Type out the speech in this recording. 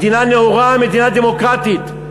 מדינה נאורה, מדינה דמוקרטית.